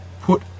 Put